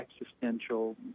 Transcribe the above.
existential